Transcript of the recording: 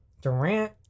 durant